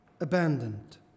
abandoned